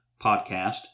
podcast